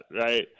right